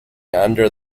under